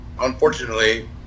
unfortunately